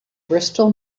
bristol